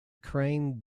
crane